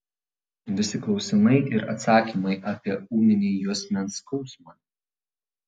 visi klausimai ir atsakymai apie ūminį juosmens skausmą